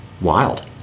wild